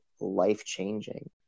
life-changing